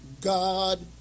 God